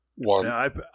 one